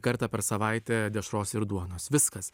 kartą per savaitę dešros ir duonos viskas